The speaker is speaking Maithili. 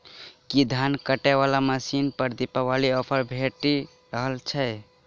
की धान काटय वला मशीन पर दिवाली ऑफर भेटि रहल छै?